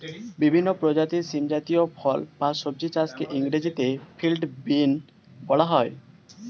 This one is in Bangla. বিভিন্ন প্রজাতির শিম জাতীয় ফল বা সবজি চাষকে ইংরেজিতে ফিল্ড বিন বলা হয়